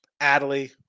Adley